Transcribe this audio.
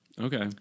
Okay